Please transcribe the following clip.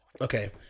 okay